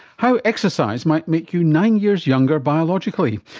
how exercise might make you nine years younger biologically.